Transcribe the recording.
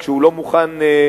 כשהוא לא מוכן לוותר.